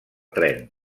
tren